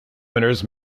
winners